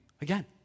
again